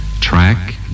track